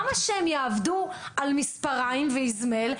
למה שהם יעבדו על מספריים ואזמל,